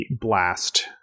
blast